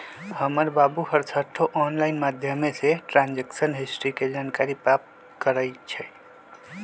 हमर बाबू हरसठ्ठो ऑनलाइन माध्यमें से ट्रांजैक्शन हिस्ट्री के जानकारी प्राप्त करइ छिन्ह